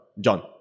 John